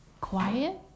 quiet